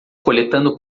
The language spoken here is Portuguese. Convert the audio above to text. coletando